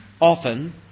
often